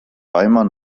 weimar